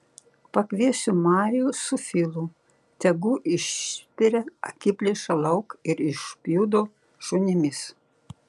pakviesiu majų su filu tegu išspiria akiplėšą lauk ir užpjudo šunimis